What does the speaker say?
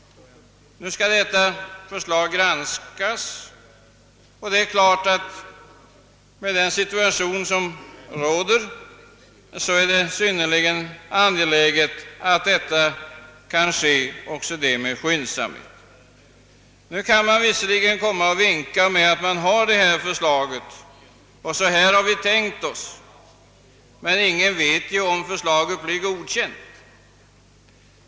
Detta förslag skall nu granskas, och i den situation som råder är det synnerligen angeläget att granskningen göres skyndsamt. Nu kan man visserligen vinka med detta förslag och säga att »så här har vi tänkt oss det». Men ingen vet om förslaget blir godkänt.